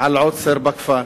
על עוצר בכפר.